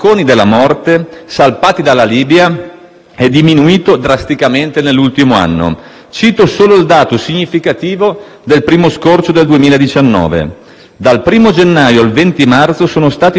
è diminuito drasticamente nell'ultimo anno. Cito solo il dato significativo del primo scorcio del 2019: dal 1° gennaio al 20 marzo sono stati soccorsi 398 migranti